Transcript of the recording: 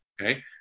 Okay